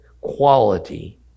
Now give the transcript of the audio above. quality